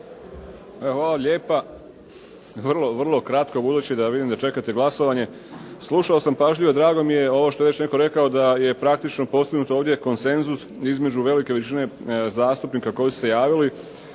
hvala lijepa. Vrlo, vrlo kratko budući da vidim da čekate glasovanje. Slušao sam pažljivo i drago mi je ovo što je još netko rekao da je praktično postignut ovdje konsenzus između velike većine zastupnika koji su se javili